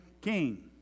king